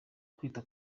kwita